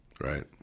Right